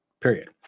period